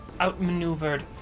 outmaneuvered